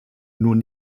nun